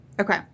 Okay